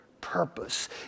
purpose